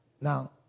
now